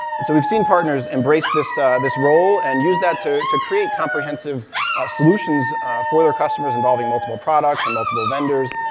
and so we've seen partners embrace this this role, and use that to to create comprehensive solutions for their customers involving multiple products and multiple vendors,